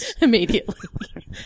immediately